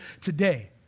today